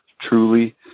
truly